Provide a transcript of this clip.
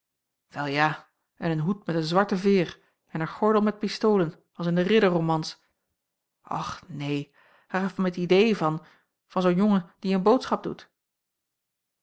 wel ja en een hoed met een zwarten veêr en een gordel met pistolen als in de ridderromans och neen hij gaf mij t idee van van zoo'n jongen die een boodschap doet